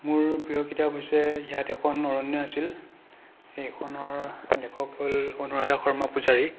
মোৰ প্ৰিয় কিতাপ হৈছে ইয়াত এখন অৰণ্য আছিল সেইখনৰ লেখক হ'ল অনুৰাধা শৰ্মা পূজাৰী